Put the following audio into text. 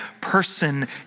person